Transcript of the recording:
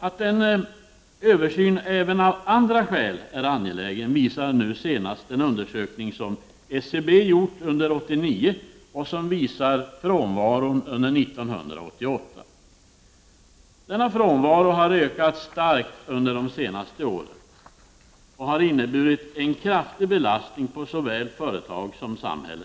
Att en översyn även av andra skäl är angelägen visar en undersökning som SCB gjort under 1989 av frånvaron under 1988. Denna frånvaro har ökat starkt de senaste åren och har inneburit en kraftig belastning på såväl företag som samhälle.